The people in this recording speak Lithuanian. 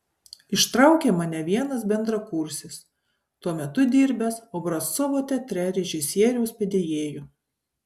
ištraukė mane vienas bendrakursis tuo metu dirbęs obrazcovo teatre režisieriaus padėjėju